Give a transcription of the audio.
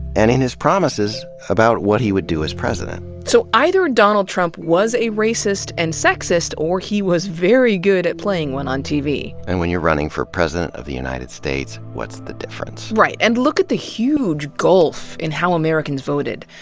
and in his promises about what he would do as president. so either donald trump was a racist and sexist or he was very good at playing one on tv. and when you're running for president of the united states, what's the difference. and look at the huge gulf in how americans voted,